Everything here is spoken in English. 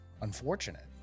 unfortunate